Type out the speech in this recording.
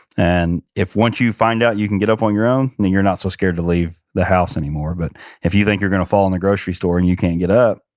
and if, once you find out you can get up on your own, and then you're not so scared to leave the house anymore. but if you think you're going to fall in the grocery store and you can't get up,